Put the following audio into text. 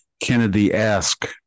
Kennedy-esque